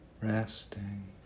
Resting